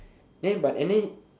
then but and then